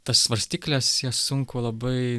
tas svarstykles jas sunku labai